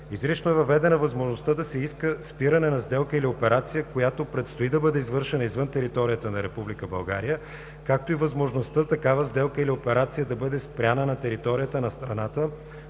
Изрично е въведена възможността да се иска спиране на сделка или операция, която предстои да бъде извършена извън територията на Република България, както и възможността такава сделка или операция да бъде спряна на територията на страната